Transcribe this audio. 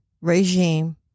regime